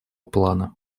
плана